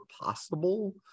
possible